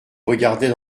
regardait